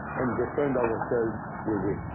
and defend ourselves we will.